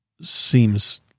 seems